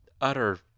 utter